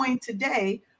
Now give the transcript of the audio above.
today